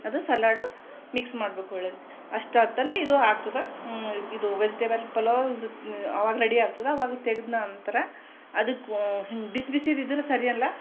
ಅದು salad mix ಮಾಡ್ಬೇಕು ಒಳ್ಳೇದು ಅಷ್ಟೊತ್ತಲ್ಲಿ ಇದು ಆಗ್ತದೆ ಇದು ವೆಜಿಟೇಬಲ್ ಪಲಾವ್ ಆವಾಗ ರೆಡಿ ಆಗ್ತದೆ ಆವಾಗ ತೆಗ್ದು ನಂತರ ಅದಕ್ಕೆ ಹಿಂಗೆ ಬಿಸಿ ಬಿಸಿದು ಇದ್ರೆ ಸರಿ ಅಲ್ಲ